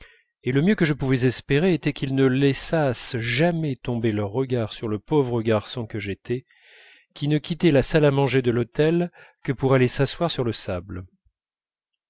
et le mieux que je pouvais espérer était qu'ils laissassent jamais tomber leurs regards sur le pauvre garçon que j'étais qui ne quittait la salle à manger de l'hôtel que pour aller s'asseoir sur le sable